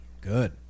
good